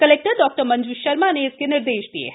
collector डॉ मंजू शर्मा ने इसके निर्देष दिए हैं